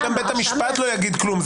אז גם בית המשפט לא יגיד כלום.